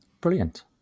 brilliant